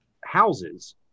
houses